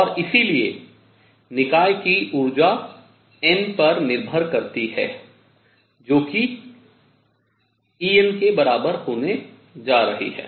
और इसलिए निकाय की ऊर्जा n पर निर्भर करती है जो कि En के बराबर होने जा रही है